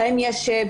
האם יש פילוח